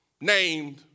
named